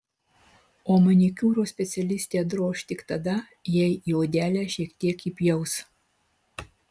o manikiūro specialistę droš tik tada jei į odelę šiek tiek įpjaus